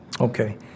Okay